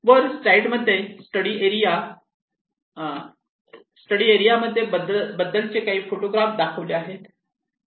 वर स्लाईड मध्ये study area मध्ये बद्दल चे काही फोटोग्राफ दाखविले आहे